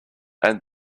and